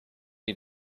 you